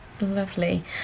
Lovely